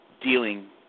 Dealing